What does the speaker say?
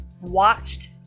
watched